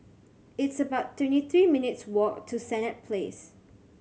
it's about twenty three minutes' walk to Senett Place